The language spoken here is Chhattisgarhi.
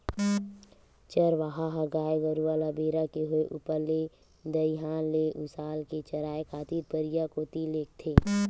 चरवाहा ह गाय गरु ल बेरा के होय ऊपर ले दईहान ले उसाल के चराए खातिर परिया कोती लेगथे